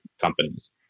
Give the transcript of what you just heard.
companies